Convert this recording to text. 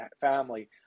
family